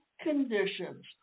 conditions